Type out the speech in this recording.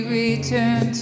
return